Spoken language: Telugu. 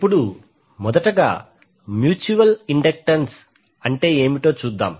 ఇప్పుడు మొదటగా మ్యూచ్యువల్ ఇండక్టెన్స్ అంటే ఏమిటో చూద్దాం